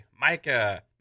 micah